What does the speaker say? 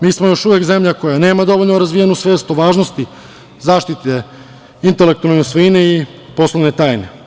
Mi smo još uvek zemlja koja nema dovoljno razvijenu svet o važnosti zaštite intelektualne svojine i poslovne tajne.